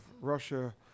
Russia